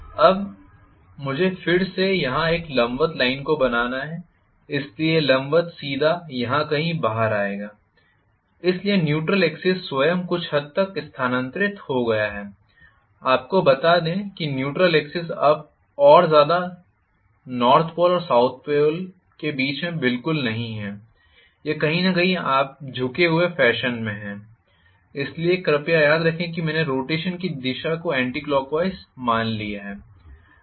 अब मुझे फिर से यहाँ एक लंबवत लाइन को बनाना है इसलिए यह लंबवत सीधा यहाँ कहीं बाहर आएगा इसलिए न्यूट्रल एक्सिस स्वयं कुछ हद तक स्थानांतरित हो गया है आपको बता दें कि न्यूट्रल एक्सिस अब और ज़्यादा नॉर्थ पोल और साउथ पोल बीच में बिल्कुल नहीं है यह कहीं न कहीं आप झुके हुए फैशन में हैं इसलिए कृपया याद रखें कि मैंने रोटेशन की दिशा को एंटी क्लॉकवाइज़ मान लिया है